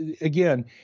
again